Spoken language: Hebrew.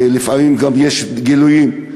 ולפעמים גם יש גילויים,